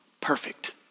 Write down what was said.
Perfect